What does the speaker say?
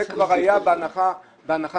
זה כבר היה בהנחה מסוימת.